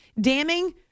damning